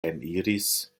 eniris